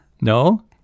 No